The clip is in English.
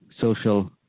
social